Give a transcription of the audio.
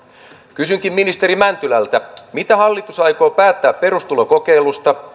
kysynkin ministeri mäntylältä mitä hallitus aikoo päättää perustulokokeilusta